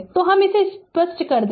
तो मैं इसे साफ़ कर दूं